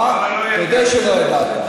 אה, תודה שלא ידעת.